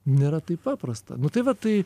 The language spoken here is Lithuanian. nėra taip paprasta nu tai va tai